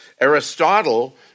Aristotle